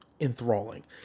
enthralling